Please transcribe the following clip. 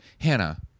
Hannah